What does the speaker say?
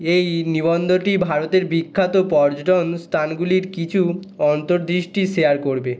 এই নিবন্ধটি ভারতের বিখ্যাত পর্যটন স্থানগুলির কিছু অন্তর্দৃষ্টি শেয়ার করবে